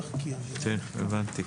הבנתי.